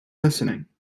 listening